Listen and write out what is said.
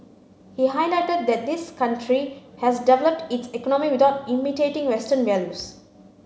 he highlighted that his country has developed its economy without imitating western values